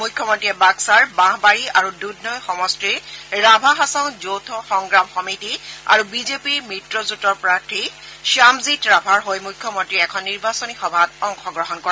মুখ্যমন্ত্ৰীয়ে বাক্সাৰ বাঁহবাৰী আৰু দুধনৈ সমষ্টিৰ ৰাভা হাছং যৌথ সংগ্ৰাম সমিতি আৰু বিজেপিৰ মিত্ৰজেঁটৰ প্ৰাৰ্থী শ্যামজিৎ ৰাভাৰ হৈ মুখ্যমন্ত্ৰীয়ে এখন নিৰ্বাচনী সভাত অংশগ্ৰহণ কৰে